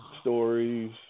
stories